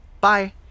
bye